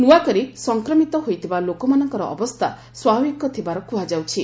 ନ୍ତିଆ କରି ସଫକ୍ରମିତ ହୋଇଥିବା ଲୋକମାନଙ୍କର ଅବସ୍ଥା ସ୍ୱାଭାବିକ ଥିବାର କୁହାଯାଉଛି